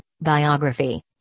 Biography